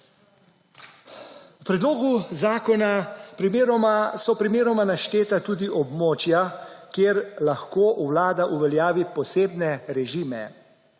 V predlogu zakona so primeroma našteta tudi območja, kjer lahko vlada uveljavi posebne režime.